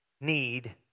need